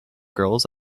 girls